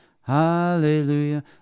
Hallelujah